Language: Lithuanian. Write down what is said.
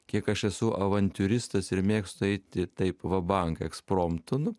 kiek aš esu avantiūristas ir mėgstu eiti taip va bank ekspromtu nu